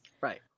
right